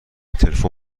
تلفن